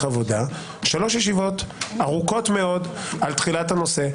עבודה 3 ישיבות ארוכות מאוד על תחילת הנושא.